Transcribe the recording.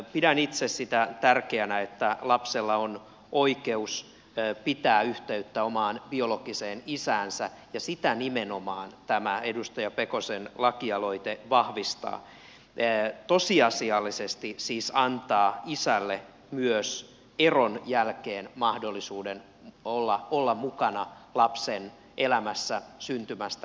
pidän itse sitä tärkeänä että lapsella on oikeus pitää yhteyttä omaan biologiseen isäänsä ja sitä nimenomaan tämä edustaja pekosen lakialoite vahvistaa tosiasiallisesti siis antaa isälle myös eron jälkeen mahdollisuuden olla mukana lapsen elämässä syntymästä lähtien